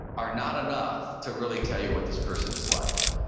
are not enough to really tell you what this person is like.